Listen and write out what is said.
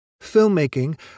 Filmmaking